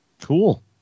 Cool